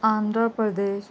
Andhra Pradesh